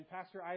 Pastor